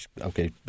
Okay